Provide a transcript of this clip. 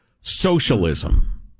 socialism